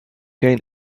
gain